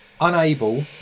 Unable